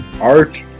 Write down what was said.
art